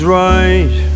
right